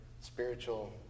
spiritual